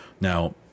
now